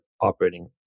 operating